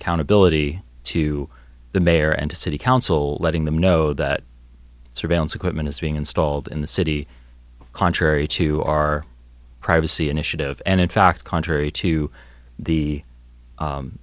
accountability to the mayor and to city council letting them know that surveillance equipment is being installed in the city contrary to our privacy initiative and in fact contrary to the